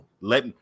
Let